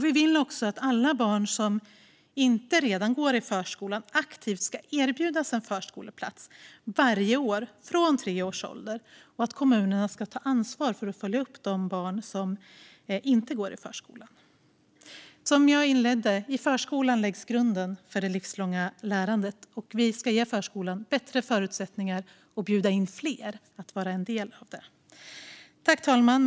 Vi vill också att alla barn som inte redan går i förskolan aktivt ska erbjudas en förskoleplats varje år från tre års ålder och att kommunerna ska ta ansvar för att följa upp de barn som inte går i förskolan. Jag inledde med att säga att i förskolan läggs grunden för det livslånga lärandet. Vi ska ge förskolan bättre förutsättningar och bjuda in fler att vara en del av den. Fru talman!